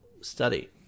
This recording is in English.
study